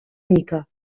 mica